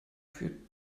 führt